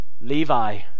Levi